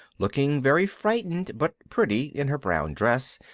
looking very frightened but pretty in her brown dress,